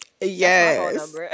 yes